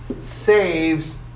saves